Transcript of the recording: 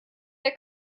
der